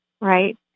right